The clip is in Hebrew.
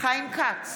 חיים כץ,